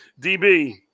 DB